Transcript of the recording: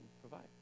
provide